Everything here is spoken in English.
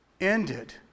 ended